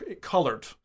colored